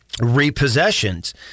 repossessions